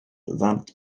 ddant